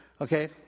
Okay